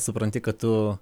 supranti kad tu